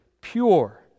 pure